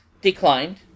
declined